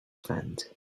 friend